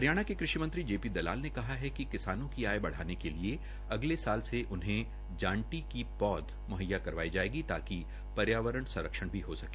हरियाणा के कृषि मंत्री जे पी दलाल ने कहा है कि किसानों की आय बढ़ाने मे उन्हें जांटी की पौध मुहैया करवाई जायेगी ताकि पर्यावरण संरक्षण भी हो सके